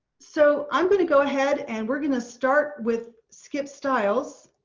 so i'm going to go ahead and we're going to start with skip stiles.